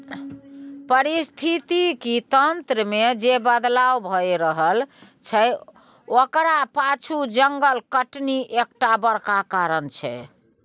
पारिस्थितिकी तंत्र मे जे बदलाव भए रहल छै ओकरा पाछु जंगल कटनी एकटा बड़का कारण छै